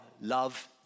love